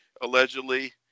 allegedly